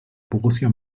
borussia